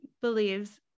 believes